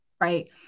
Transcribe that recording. right